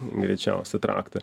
greičiausia traktą